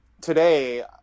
today